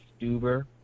Stuber